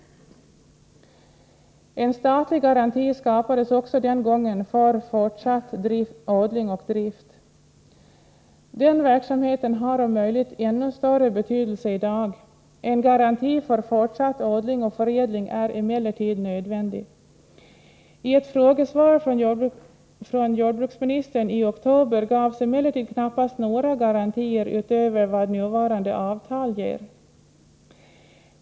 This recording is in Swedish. En statlig garanti skapades också den gången för fortsatt odling och drift. Den verksamheten har om möjligt ännu större betydelse i dag. En garanti för fortsatt odling och förädling är emellertid nödvändig. I ett frågesvar från jordbruksministern i oktober gavs emellertid knappast några garantier utöver vad nuvarande avtal ger.